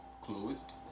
closed